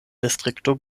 distrikto